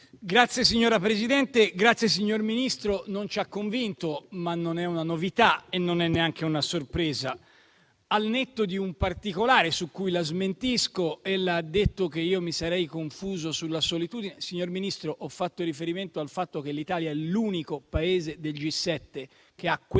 nuova finestra") *(IV-C-RE)*. Signor Ministro, non ci ha convinto, ma non è una novità e non è neanche una sorpresa, al netto di un particolare su cui lo smentisco. Ella ha detto che io mi sarei confuso sulla solitudine, ma ho fatto riferimento al fatto che l'Italia è l'unico Paese del G7 che ha